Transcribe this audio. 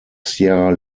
sierra